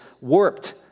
warped